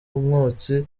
umwotsi